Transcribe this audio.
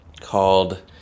called